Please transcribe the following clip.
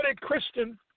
Christian